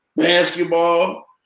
Basketball